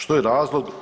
Što je razlog?